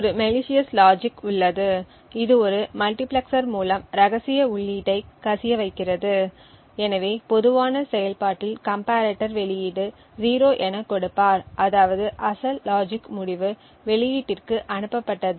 ஒரு malicious logic உள்ளது இது ஒரு மல்டிபிளெக்சர் மூலம் ரகசிய உள்ளீட்டை கசியச் செய்கிறது எனவே பொதுவான செயல்பாட்டில் கம்பரேட்டர் வெளியீடு 0 என கொடுப்பார் அதாவது அசல் லாஜிக் முடிவு வெளியீட்டிற்கு அனுப்பப்பட்டது